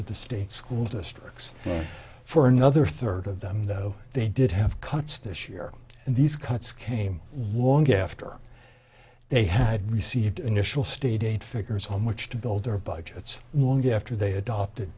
of the state school districts for another third of them though they did have cuts this year and these cuts came along after they had received initial state figures on which to build their budgets long after they adopted